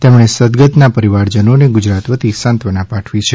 તેમણે સદ્દગતના પરિવારજનોને ગુજરાત વતી સાંત્વના પાઠવી છે